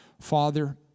Father